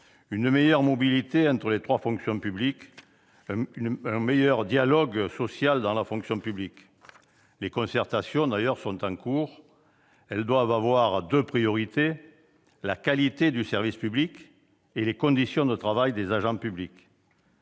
une meilleure mobilité entre les trois fonctions publiques ; un meilleur dialogue social dans la fonction publique. Les concertations sont en cours, qui doivent porter en priorité sur la qualité du service public et les conditions de travail des agents publics.